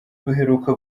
ruheruka